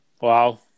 Wow